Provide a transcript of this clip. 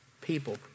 people